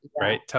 Right